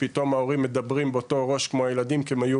ופתאום ההורים מדברים באותו ראש כמו הילדים כי הם היו